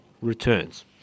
returns